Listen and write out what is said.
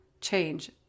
change